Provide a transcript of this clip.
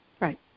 right